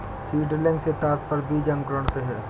seedling से तात्पर्य बीज अंकुरण से है